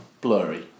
Blurry